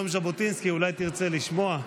יום ז'בוטינסקי, אולי תרצה לשמוע,